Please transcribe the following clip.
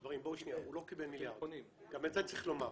חברים, הוא לא קיבל מיליארד, גם את זה צריך לומר.